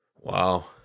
Wow